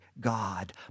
God